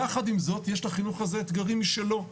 יחד עם זאת, יש לחינוך הזה אתגרים משלו.